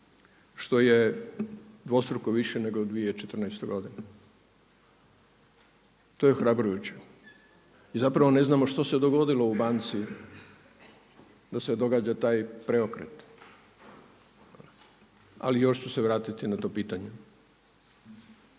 što je dvostruko više nego 2014. godine. To je ohrabrujuće. I zapravo ne znamo što se dogodilo u banci da se događa taj preokret, ali još ću se vratiti na to pitanje.